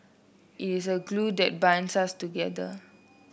it is a glue that binds us together